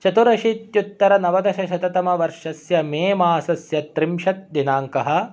चतुरशीत्युत्तरनवदशशततमवर्षस्य मे मासस्य त्रिंशत्दिनाङ्कः